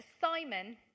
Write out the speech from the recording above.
Simon